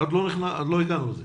עוד לא הגענו לזה,